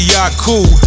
Yaku